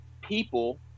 people